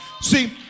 See